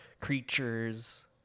creatures